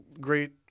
great